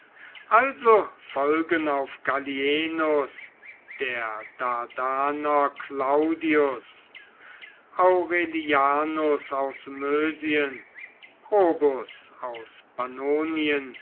also folgen auf gallienus der dardaner claudius aurelianus aus mösien probus aus pannonien